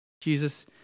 Jesus